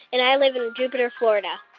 and i live in jupiter, fla. and